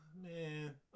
man